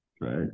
Right